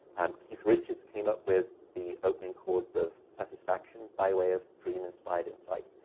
um keith richards came up with the opening chords of satisfaction by way of dream-inspired insight.